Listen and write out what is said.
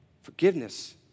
Forgiveness